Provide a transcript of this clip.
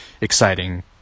exciting